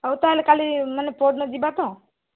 ହଉ ତାହେଲେ କାଲି ମାନେ ପଅରଦିନ ଯିବା ତ